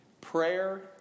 Prayer